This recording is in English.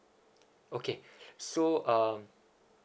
okay so um